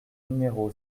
numéro